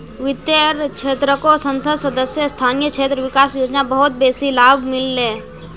वित्तेर क्षेत्रको संसद सदस्य स्थानीय क्षेत्र विकास योजना बहुत बेसी लाभ मिल ले